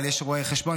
אבל יש רואי חשבון,